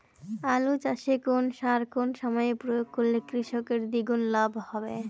আলু চাষে কোন সার কোন সময়ে প্রয়োগ করলে কৃষকের দ্বিগুণ লাভ হবে?